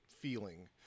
feeling